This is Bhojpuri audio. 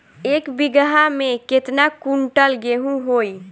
एक बीगहा में केतना कुंटल गेहूं होई?